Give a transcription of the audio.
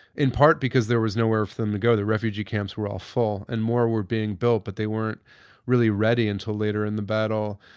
in part because there was nowhere for them to go, the refugee camps were all full and more were being built, but they weren't really ready until later in the battle.